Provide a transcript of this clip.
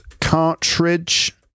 cartridge